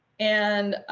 and